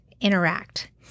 interact